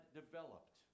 developed